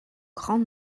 grand